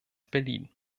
berlin